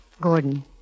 Gordon